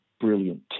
brilliant